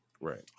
Right